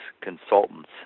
consultants